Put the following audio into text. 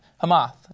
Hamath